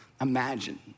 imagine